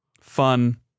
fun